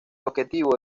objetivo